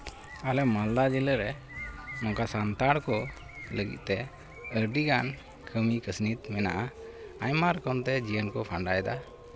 ᱟᱞᱮ ᱢᱟᱞᱫᱟ ᱡᱮᱞᱟᱨᱮ ᱚᱱᱠᱟ ᱥᱟᱱᱛᱟᱲ ᱠᱚ ᱞᱟᱹᱜᱤᱫ ᱛᱮ ᱟᱹᱰᱤᱜᱟᱱ ᱠᱟᱹᱢᱤ ᱠᱟᱹᱥᱱᱤ ᱢᱮᱱᱟᱜᱼᱟ ᱟᱭᱢᱟ ᱨᱚᱠᱚᱢ ᱛᱮ ᱡᱤᱭᱚᱱ ᱠᱚ ᱠᱷᱟᱱᱰᱟᱣ ᱮᱫᱟ